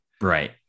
right